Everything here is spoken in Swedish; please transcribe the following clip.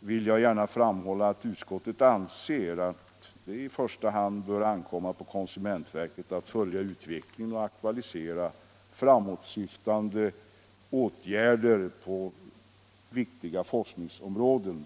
vill jag gärna framhålla att utskottet anser att det i första hand bör ankomma på konsumentverket att följa utvecklingen och aktualisera framåtsyftande åtgärder på viktiga forskningsområden.